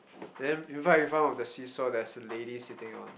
and then in front in front of the seats so there's lady sitting on